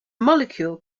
molecule